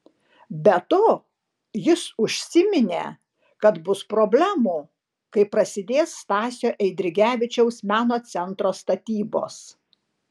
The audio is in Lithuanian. be to jis užsiminė kad bus problemų kai prasidės stasio eidrigevičiaus meno centro statybos